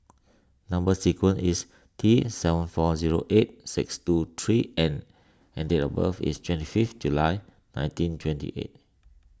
Number Sequence is T seven four zero eight six two three N and and date of birth is twenty fifth July nineteen twenty eight